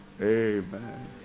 Amen